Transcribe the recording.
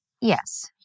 Yes